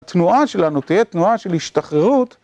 התנועה שלנו תהיה תנועה של השתחררות.